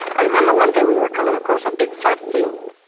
i remember one day we were coming across a big flat field,